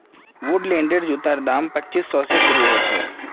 वुडलैंडेर जूतार दाम पच्चीस सौ स शुरू ह छेक